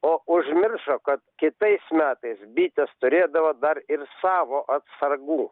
o užmiršo kad kitais metais bitės turėdavo dar ir savo atsargų